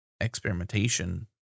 experimentation